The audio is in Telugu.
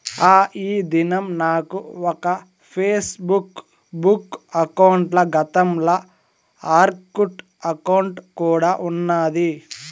ఆ, ఈ దినం నాకు ఒక ఫేస్బుక్ బుక్ అకౌంటల, గతంల ఆర్కుట్ అకౌంటు కూడా ఉన్నాది